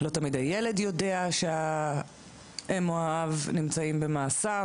לא תמיד הילד יודע שהאם או האב נמצאים במאסר.